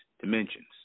dimensions